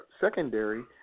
Secondary